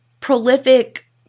prolific